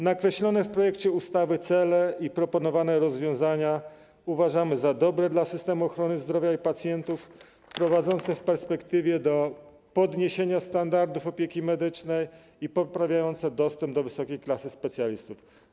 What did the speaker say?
Nakreślone w projekcie ustawy cele i proponowane rozwiązania uważamy za dobre dla systemu ochrony zdrowia i pacjentów, prowadzące w perspektywie do podniesienia standardów opieki medycznej i poprawiające dostęp do wysokiej klasy specjalistów.